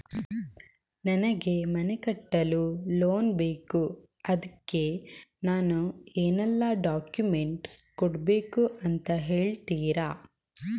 ನನಗೆ ಮನೆ ಕಟ್ಟಲು ಲೋನ್ ಬೇಕು ಅದ್ಕೆ ನಾನು ಏನೆಲ್ಲ ಡಾಕ್ಯುಮೆಂಟ್ ಕೊಡ್ಬೇಕು ಅಂತ ಹೇಳ್ತೀರಾ?